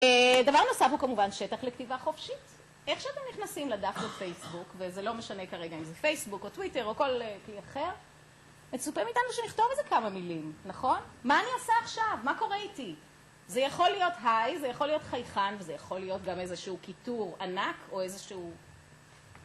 דבר נוסף הוא כמובן שטח לכתיבה חופשית. איך שאתם נכנסים לדף ולפייסבוק, וזה לא משנה כרגע אם זה פייסבוק או טוויטר או כל כלי אחר, מצופה מאיתנו שנכתוב איזה כמה מילים, נכון? מה אני עושה עכשיו? מה קורה איתי? זה יכול להיות היי, זה יכול להיות חייכן, וזה יכול להיות גם איזשהו כיתור ענק או איזשהו...